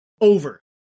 over